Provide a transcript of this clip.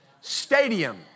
stadium